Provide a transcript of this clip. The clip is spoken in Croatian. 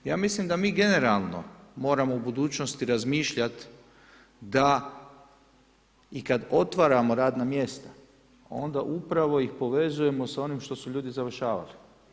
Ja mislim da mi generalno moramo u budućnosti razmišljat da i kad otvaramo radna mjesta onda upravno ih povezujemo sa onim što su ljudi završavali.